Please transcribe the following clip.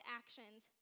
actions